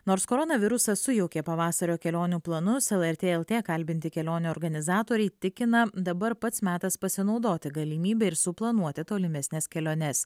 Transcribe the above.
nors koronavirusas sujaukė pavasario kelionių planus lrt lt kalbinti kelionių organizatoriai tikina dabar pats metas pasinaudoti galimybe ir suplanuoti tolimesnes keliones